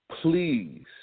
Please